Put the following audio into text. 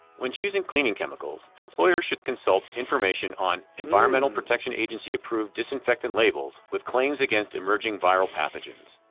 when choosing cleaning chemicals, employers should consult information on environmental protection agency approved disinfectant labels with claims against emerging viral pathogens.